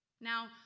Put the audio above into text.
Now